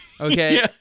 Okay